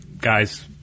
guys